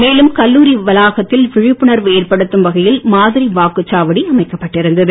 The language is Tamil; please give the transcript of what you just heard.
மேலும் கல்லூரி வளாகத்தில் விழிப்புணர்வு ஏற்படுத்தும் வகையில் மாதிரி வாக்குச்சாவடி அமைக்கப்பட்டிருந்தது